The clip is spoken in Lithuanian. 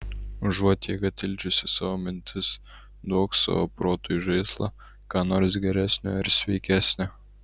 užuot jėga tildžiusi savo mintis duok savo protui žaislą ką nors geresnio ir sveikesnio